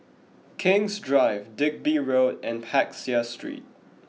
King's Drive Digby Road and Peck Seah Street